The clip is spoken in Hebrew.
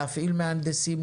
להפעיל מהנדסים,